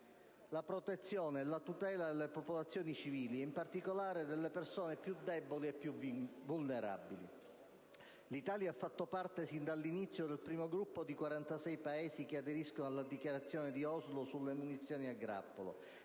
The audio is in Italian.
la protezione e la tutela delle popolazioni civili ed in particolare delle persone più deboli e più vulnerabili. L'Italia ha fatto parte sin dall'inizio del primo gruppo di 46 Paesi che aderiscono alla Dichiarazione di Oslo sulle munizioni a grappolo